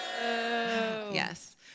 Yes